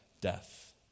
death